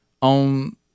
on